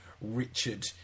richard